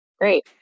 great